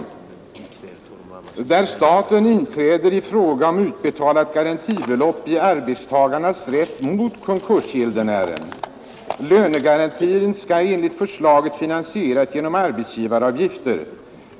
I redovisningen av propositionens huvudsakliga innehåll hette det: ”Staten inträder i fråga om utbetalat garantibelopp i arbetstagarens rätt mot konkursgäldenären. Lönegarantin skall enligt förslaget finansieras genom arbetsgivaravgifter.